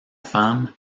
femme